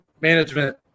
management